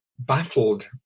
baffled